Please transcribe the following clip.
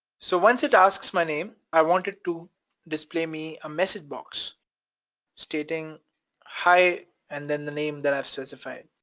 so once it asks my name, i want it to display me a message box stating hi and then the name that i've specified.